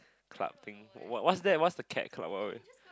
club thing what what's that what's the cat club what what what